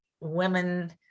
women